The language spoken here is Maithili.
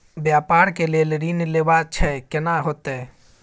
व्यापार के लेल ऋण लेबा छै केना होतै?